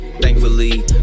Thankfully